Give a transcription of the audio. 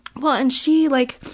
well and she like,